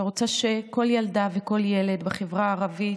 אני רוצה שכל ילדה, וכל ילד, בחברה הערבית,